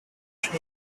shoe